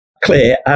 Clear